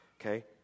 Okay